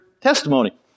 testimony